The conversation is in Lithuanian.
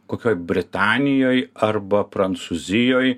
kokioj britanijoj arba prancūzijoj